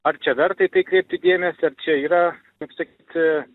ar čia verta į tai kreipti dėmesį ar čia yra kaip sakyt